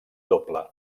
doble